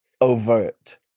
overt